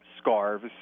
scarves